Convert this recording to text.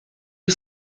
you